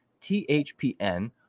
THPN